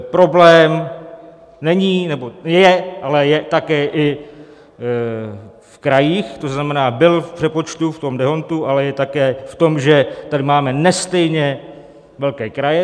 Problém není nebo je, ale je také i v krajích, to znamená, byl v přepočtu, v tom d´Hondtu, ale je také v tom, že tady máme nestejně velké kraje.